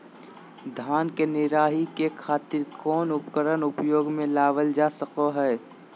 धान के निराई के खातिर कौन उपकरण उपयोग मे लावल जा सको हय?